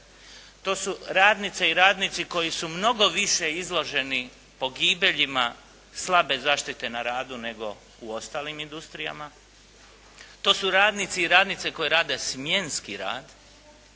to su radnice i radnici koji su mnogo više izloženi pogibeljima slabe zaštite na radu nego u ostalim industrijama, to su radnici i radnice koje rade smjenski rad